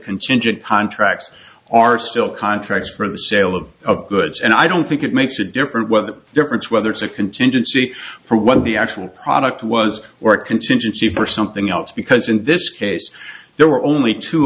contingent contracts are still contracts for the sale of goods and i don't think it makes a different well the difference whether it's a contingency for what the actual product was were contingency for something else because in this case there were only two